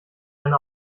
eine